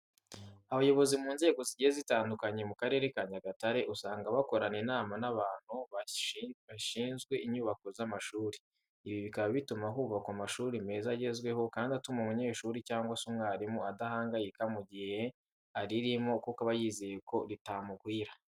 Abayobozi mu nzego zigiye zitandukanye mu Karere ka Nyagatare usanga bakorana inama n'abantu bashyinzwe inyubako z'amashuri. Ibi bikaba bituma hubakwa amashuri meza agezweho kandi atuma umunyeshuri cyangwa se umwarimu adahangayika mu gihe aririmo kuko aba yizeye ko ritamugwira.